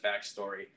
backstory